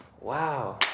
Wow